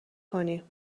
کنیم